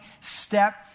step